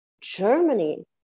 Germany